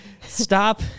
stop